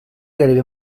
gairebé